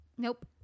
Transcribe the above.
nope